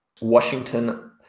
Washington